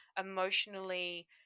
emotionally